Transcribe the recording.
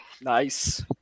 nice